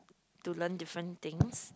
to learn different things